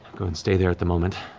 go and stay there at the moment.